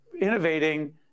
innovating